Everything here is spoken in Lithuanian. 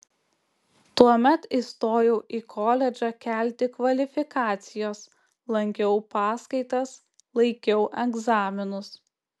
tuomet įstojau į koledžą kelti kvalifikacijos lankiau paskaitas laikiau egzaminus